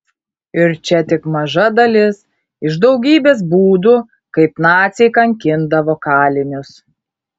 ir čia tik maža dalis iš daugybės būdų kaip naciai kankindavo kalinius